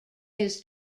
his